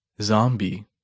Zombie